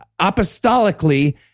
apostolically